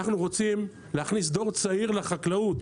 אנחנו רוצים להכניס דור צעיר לחקלאות,